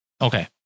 Okay